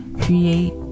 create